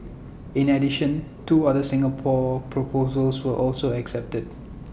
in addition two other Singapore proposals were also accepted